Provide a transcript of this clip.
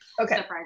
okay